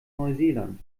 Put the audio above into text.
neuseeland